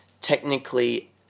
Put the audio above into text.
technically